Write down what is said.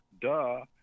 duh